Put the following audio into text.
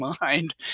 mind